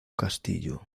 castillo